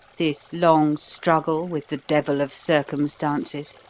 this long struggle with the devil of circumstances,